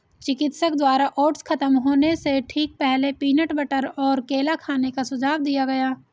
चिकित्सक द्वारा ओट्स खत्म होने से ठीक पहले, पीनट बटर और केला खाने का सुझाव दिया गया